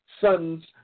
sons